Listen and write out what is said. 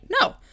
No